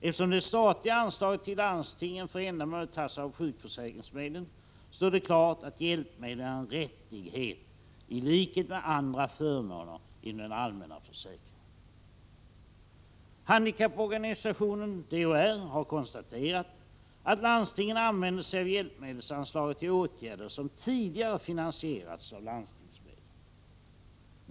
Eftersom det statliga anslaget till landstingen för detta ändamål tas av sjukförsäkringsmedlev , står det klart att hjälpmedlen är en rättighet i likhet med andra förmåner inom den allmänna försäkringen. Handikapporganisationen, DHR, har konstaterat att landstingen använder sig av hjälpmedelsanslaget till åtgärder som tidigare finansierats med landstingsmedel.